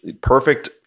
perfect